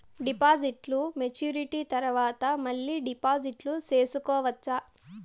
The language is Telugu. డిపాజిట్లు మెచ్యూరిటీ తర్వాత మళ్ళీ డిపాజిట్లు సేసుకోవచ్చా?